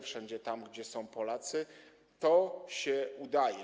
Wszędzie tam, gdzie są Polacy, to się udaje.